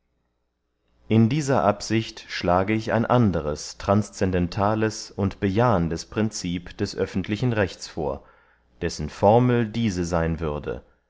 in dieser absicht schlage ich ein anderes transscendentales und bejahendes princip des öffentlichen rechts vor dessen formel diese seyn würde